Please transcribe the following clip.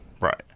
Right